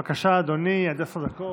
בבקשה, אדוני, עד עשר דקות.